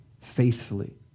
faithfully